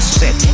set